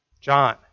John